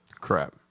Crap